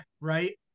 right